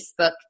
Facebook